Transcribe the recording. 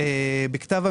הבנקאית.